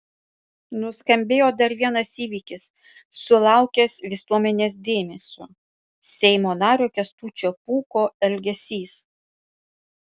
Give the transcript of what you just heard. nuskambėjo dar vienas įvykis sulaukęs visuomenės dėmesio seimo nario kęstučio pūko elgesys